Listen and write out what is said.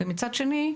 מצד שני,